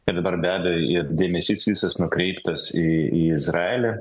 ir dabar be abejo dėmesys visas nukreiptas į į izraelį